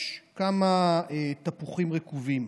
יש כמה תפוחים רקובים.